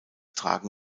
tragen